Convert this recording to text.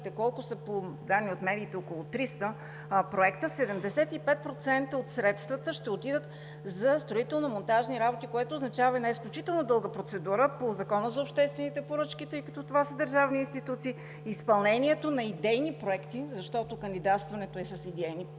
колко са, но по данни от медиите са около 300 – 75% от средствата ще отидат за строително монтажни работи, което означава изключително дълга процедура по Закона за обществените поръчки, тъй като това са държавни институции. За изпълнението на идейни проекти, защото кандидатстването е с идейни проекти,